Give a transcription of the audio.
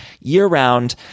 year-round